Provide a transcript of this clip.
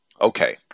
Okay